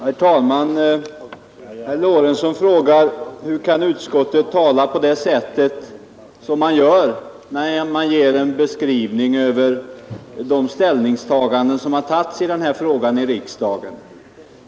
Herr talman! Herr Lorentzon frågar: Hur kan utskottsmajoriteten tala på det sätt som man gör när man ger en beskrivning av de ställningstaganden som har gjorts i den här frågan i riksdagen?